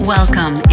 Welcome